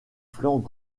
flanc